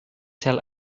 tell